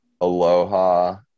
Aloha